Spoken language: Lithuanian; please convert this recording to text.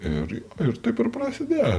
ir ir taip ir prasidėjo